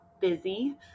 busy